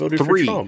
three